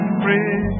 free